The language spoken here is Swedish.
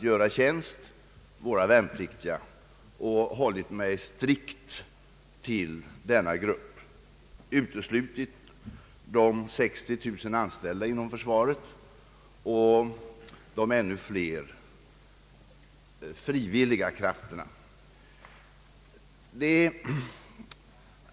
Jag vill förklara varför jag har hållit mig strikt till denna grupp och uteslutit de 60 000 anställda inom försvaret och de ännu fler frivilliga krafterna.